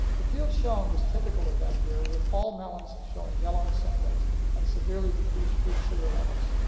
the field shown was typical of that year, with all melons showing yellowing symptoms and severely decreased fruit sugar levels.